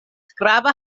grava